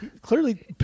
clearly